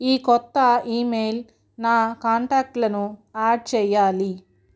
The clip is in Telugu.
ఈ కొత్త ఈమెయిల్ నా కాంటాక్ట్లను యాడ్ చేయాలి